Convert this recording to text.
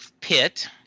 pit